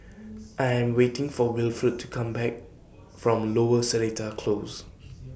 I Am waiting For Wilfred to Come Back from Lower Seletar Close